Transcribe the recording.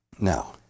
Now